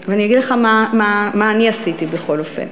אני אגיד לך מה אני עשיתי, בכל אופן.